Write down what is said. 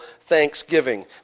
thanksgiving